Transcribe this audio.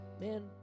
man